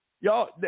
y'all